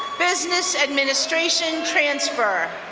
business administration transfer.